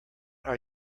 are